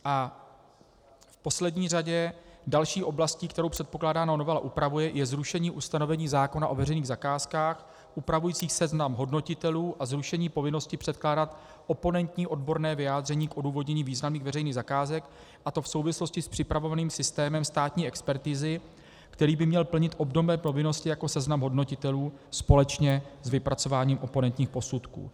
V poslední řadě další oblastí, kterou předkládaná novela upravuje, je zrušení ustanovení zákona o veřejných zakázkách upravujících seznam hodnotitelů a zrušení povinnosti předkládat oponentní odborné vyjádření k odůvodnění významných veřejných zakázek, a to v souvislosti s připravovaným systémem státní expertizy, který by měl plnit obdobné povinnosti jako seznam hodnotitelů společně s vypracováním oponentních posudků.